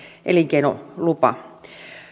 elinkeinolupa